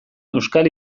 euskal